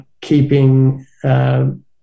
keeping